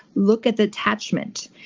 look at the attachment.